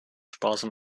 sparsam